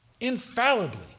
infallibly